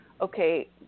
okay